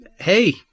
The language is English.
hey